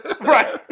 Right